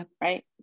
right